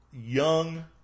young